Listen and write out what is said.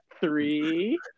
three